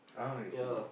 ah I see